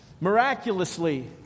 miraculously